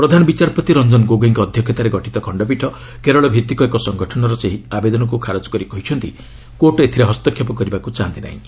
ପ୍ରଧାନ ବିଚାରପତି ରଞ୍ଜନ ଗୋଗୋଇଙ୍କ ଅଧ୍ୟକ୍ଷତାରେ ଗଠିତ ଖଣ୍ଡପୀଠ କେରଳଭିତ୍ତିକ ଏକ ସଙ୍ଗଠନର ସେହି ଆବେଦନକୁ ଖାରଜ କରି କହିଛନ୍ତି କୋର୍ଟ ଏଥିରେ ହସ୍ତକ୍ଷେପ କରିବାକୁ ଚାହାନ୍ତି ନାହିଁ